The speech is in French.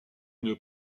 une